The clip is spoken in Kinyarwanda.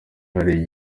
hari